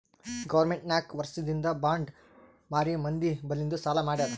government ನಾಕ್ ವರ್ಷಿಂದ್ bond ಮಾರಿ ಮಂದಿ ಬಲ್ಲಿಂದ್ ಸಾಲಾ ಮಾಡ್ಯಾದ್